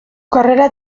carrera